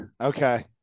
Okay